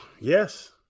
Yes